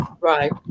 Right